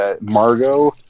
Margot